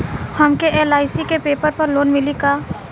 हमके एल.आई.सी के पेपर पर लोन मिली का?